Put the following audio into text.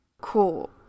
Cool